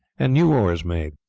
and new oars made.